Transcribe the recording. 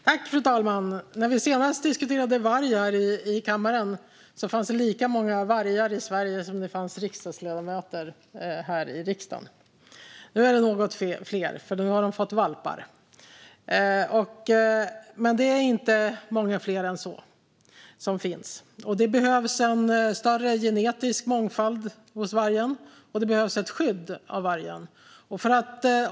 Fru talman! När vi senast diskuterade varg här i kammaren fanns det lika många vargar i Sverige som det fanns riksdagsledamöter här i riksdagen. Nu är det något fler, för nu har de fått valpar. Men det är inte många fler än så som finns. Det behövs en större genetisk mångfald hos vargen, och det behövs ett skydd av vargen.